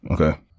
Okay